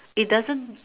it doesn't